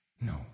No